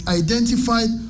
identified